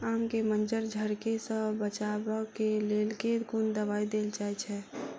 आम केँ मंजर झरके सऽ बचाब केँ लेल केँ कुन दवाई देल जाएँ छैय?